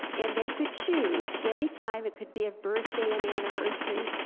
and they could choose any time, it could be a birthday, an anniversary,